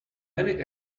many